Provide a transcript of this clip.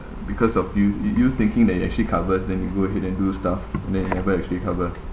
because of you you you thinking that it actually covers then you go ahead and do stuff and then it never actually cover